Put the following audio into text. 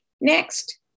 Next